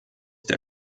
der